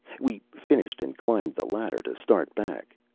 we finished and climbed the ladder to start back.